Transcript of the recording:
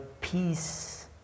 Peace